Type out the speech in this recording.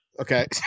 okay